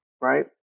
right